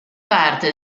parte